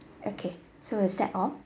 okay so is that all